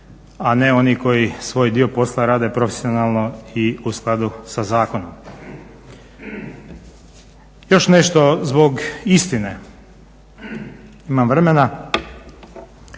a oni koji svoj dio posla rade profesionalno i u skladu sa zakonom. Još nešto zbog istine, imam vremena,